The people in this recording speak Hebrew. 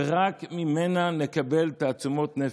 ורק ממנה נקבל תעצומות נפש.